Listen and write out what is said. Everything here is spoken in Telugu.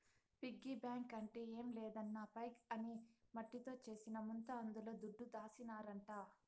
పిగ్గీ బాంక్ అంటే ఏం లేదన్నా పైగ్ అనే మట్టితో చేసిన ముంత అందుల దుడ్డు దాసినారంట